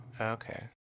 Okay